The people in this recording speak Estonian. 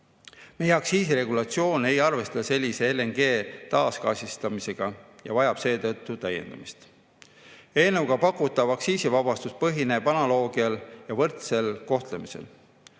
Meie aktsiisiregulatsioon ei arvesta sellise LNG taasgaasistamisega ja vajab seetõttu täiendamist. Eelnõuga pakutav aktsiisivabastus põhineb analoogial ja võrdsel kohtlemisel.